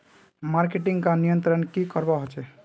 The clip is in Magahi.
मार्केटिंग का नियंत्रण की करवा होचे?